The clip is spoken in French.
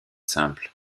simples